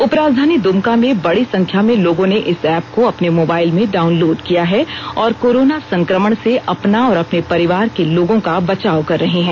उपराजधानी दुमका में बड़ी संख्या में लोगों ने इस ऐप को अपने मोबाइल में डाउनलोड किया है और कोरोना संक्रमण से अपना और अपने परिवार के लोगों का बचाव कर रहे हैं